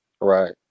Right